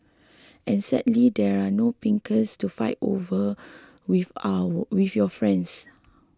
and sadly there are no pincers to fight over with our with your friends